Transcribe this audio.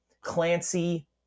Clancy